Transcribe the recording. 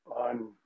on